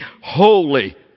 holy